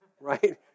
right